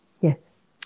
Yes